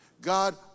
God